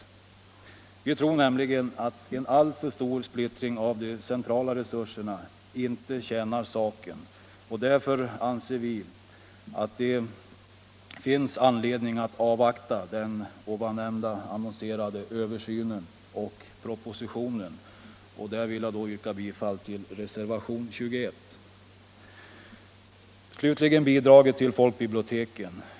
Vi tror nämligen att en alltför stor splittring av de centrala resurserna inte tjänar saken. Därför anser vi att det finns anledning att avvakta den aviserade översynen och propositionen. Jag yrkar bifall till reservationen 21. Slutligen bidraget till folkbiblioteken.